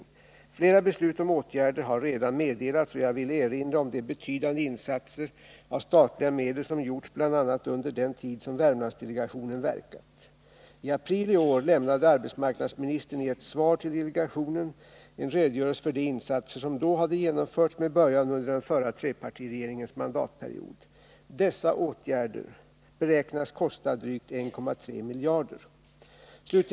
Nr 26 Flera beslut om åtgärder har redan meddelats, och jag vill erinra om de Måndagen den betydande insatser av statliga medel som gjorts bl.a. under den tid som 12 november 1979 Värmlandsdelegationen verkat. I april i år lämnade arbetsmarknadsministern i ett svar till delegationen en redogörelse för de insatser som då hade Om sysselsättgenomförts med början under den förra trepartiregeringens mandatperiod. ningen i Värmlands Dessa åtgärder beräknades kosta drygt 1,3 miljarder kronor.